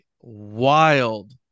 wild